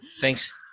Thanks